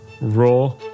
raw